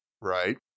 Right